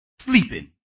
sleeping